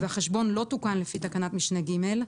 והחשבון לא תוקן לפי תקנת משנה (ג),